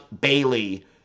Bailey